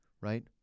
right